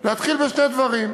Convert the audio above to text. להתחיל בשני דברים.